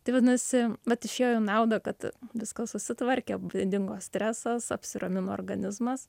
tai vadinasi vat išėjo į naudą kad viskas susitvarkė dingo stresas apsiramino organizmas